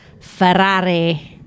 Ferrari